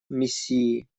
миссии